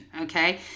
okay